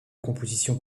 composition